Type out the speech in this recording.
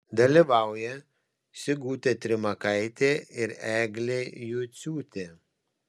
dalyvauja sigutė trimakaitė ir eglė juciūtė